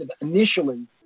initially